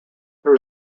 there